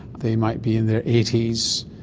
they might be in their eighty s,